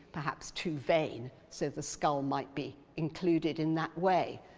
perhaps, too vain, so the skull might be included in that way.